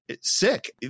sick